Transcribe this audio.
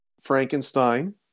Frankenstein